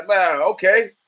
Okay